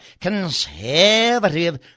conservative